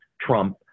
trump